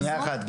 שניה אחת,